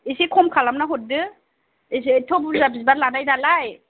एसे खम खालामना हरदो एथ' बुरजा बिबार लाबाय नालाय